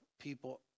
people